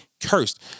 cursed